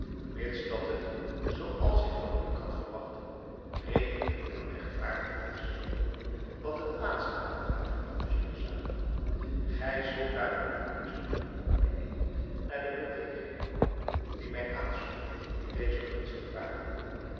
mits dat het zoo als ik van u kan verwachten redelijk en regtvaardig is wat het laatste aangaat hernam scheherazade gij zult daarover het best kunnen oordeelen naar de beweegreden die mij aanspoort u deze gunst te vragen